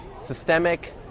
systemic